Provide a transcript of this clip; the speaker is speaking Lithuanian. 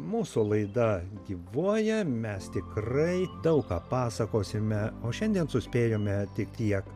mūsų laida gyvuoja mes tikrai daug ką pasakosime o šiandien suspėjome tik kiek